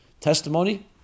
testimony